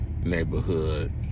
neighborhood